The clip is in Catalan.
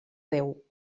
déu